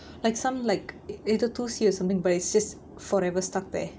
like some like ஏதோ தூசி:etho thoosi or something but it says forever stuck there